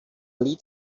little